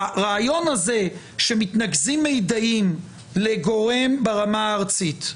הרעיון הזה שמתנקזים מידעים לגורם ברמה הארצית,